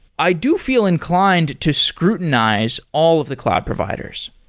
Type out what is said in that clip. i do feel inclined to scrutinize all of the cloud providers.